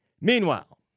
meanwhile